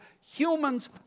humans